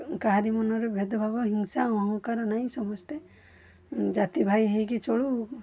କାହାରି ମନରେ ଭେଦଭାବ ହିଂସା ଅହଂକାର ନାହିଁ ସମସ୍ତେ ଜାତି ଭାଇ ହେଇକି ଚଳୁ